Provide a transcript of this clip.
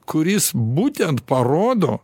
kuris būtent parodo